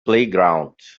playground